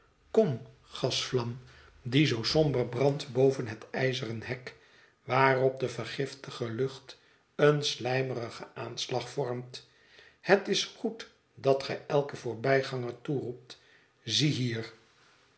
kom gasvlam die zoo somber brandt boven het ijzeren hek waarop de vergiftige lucht een slijmerigen aanslag vormt het is goed dat gij eiken voorbijganger toeroept zie hier